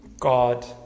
God